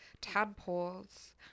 tadpoles